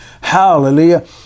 Hallelujah